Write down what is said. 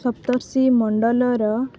ସପ୍ତର୍ଷି ମଣ୍ଡଳର